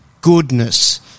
goodness